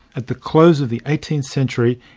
at the close of the eighteenth century,